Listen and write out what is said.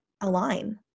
align